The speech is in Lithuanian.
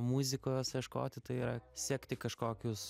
muzikos ieškoti tai yra sekti kažkokius